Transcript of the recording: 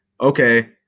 okay